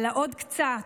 על העוד קצת,